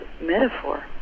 metaphor